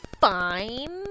fine